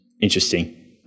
interesting